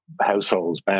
Households